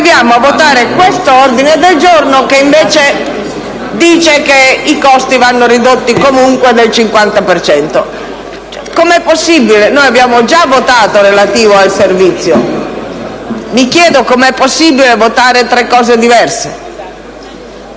a votare l'ordine del giorno G26 che invece dice che i costi vanno ridotti comunque del 50 per cento. Come è possibile? Abbiamo già votato in merito ai servizi. Mi chiedo come sia possibile votare tre cose diverse.